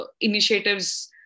initiatives